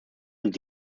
und